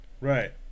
right